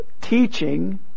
teaching